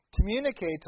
communicate